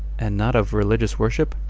and not of religious worship?